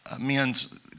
men's